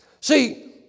See